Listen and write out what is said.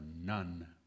none